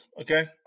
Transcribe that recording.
Okay